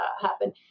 happen